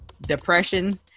depression